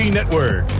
Network